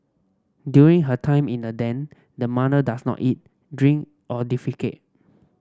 during her time in the den the mother does not eat drink or defecate